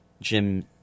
Jim